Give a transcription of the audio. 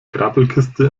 grabbelkiste